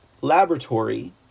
laboratory